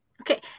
Okay